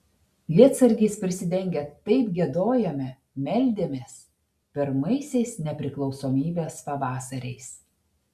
lietsargiais prisidengę taip giedojome meldėmės pirmaisiais nepriklausomybės pavasariais